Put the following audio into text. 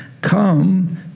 come